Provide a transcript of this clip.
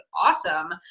awesome